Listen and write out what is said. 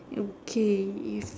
okay if